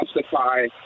justify